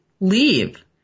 leave